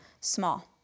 small